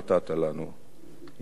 יהי זכרך ברוך.